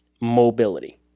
mobility